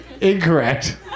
Incorrect